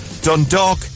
Dundalk